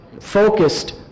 focused